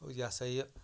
یہِ ہَسا یہِ